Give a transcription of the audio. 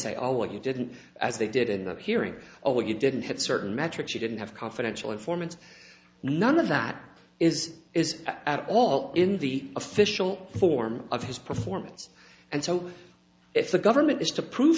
well you didn't as they did in the hearing over you didn't have certain metrics you didn't have confidential informants none of that is is at all in the official form of his performance and so if the government has to prove